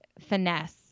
finesse